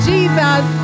Jesus